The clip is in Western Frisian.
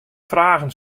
fragen